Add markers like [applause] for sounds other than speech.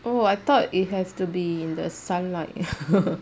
oh I thought it has to be in the sunlight [laughs]